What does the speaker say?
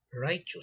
righteous